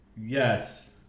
Yes